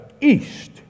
east